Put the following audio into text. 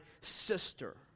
sister